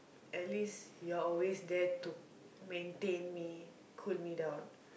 at least you're always there to maintain me cool me down